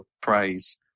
praise